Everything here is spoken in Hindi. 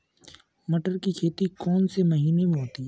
मटर की खेती कौन से महीने में होती है?